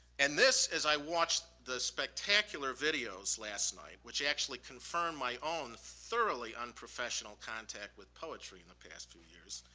and this, as i watched the spectacular videos last night which actually confirmed my own thoroughly unprofessional contact with poetry in the past few years,